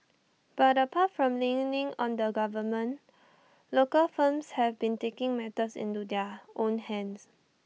but apart from leaning on the government local firms have been taking matters into their own hands